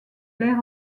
l’air